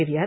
निर्यात